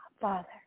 Father